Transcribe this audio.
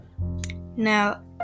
Now